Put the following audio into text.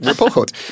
report